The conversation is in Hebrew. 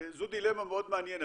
שזו דילמה מאוד מעניינת.